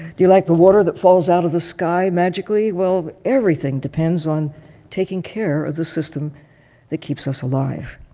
do you like the water that falls out of the sky magically? while, everything depends on taking care of the system that keeps us alive.